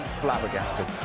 flabbergasted